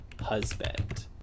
husband